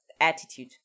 attitude